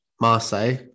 Marseille